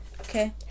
Okay